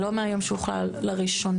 זה לא מהיום שהוא הוכלל לראשונה.